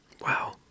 Wow